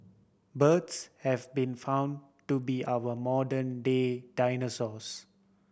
birds have been found to be our modern day dinosaurs